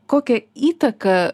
kokią įtaką